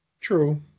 True